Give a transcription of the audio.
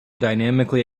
dynamically